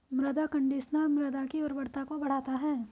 मृदा कंडीशनर मृदा की उर्वरता को बढ़ाता है